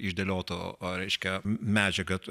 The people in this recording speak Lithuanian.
išdėlioto reiškia medžiagą